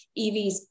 EVs